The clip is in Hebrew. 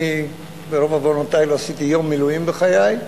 אני, ברוב עוונותי, לא עשיתי יום מילואים בחיי,